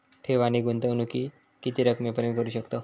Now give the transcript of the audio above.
ठेव आणि गुंतवणूकी किती रकमेपर्यंत करू शकतव?